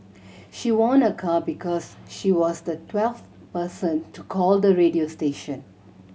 she won a car because she was the twelfth person to call the radio station